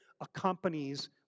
accompanies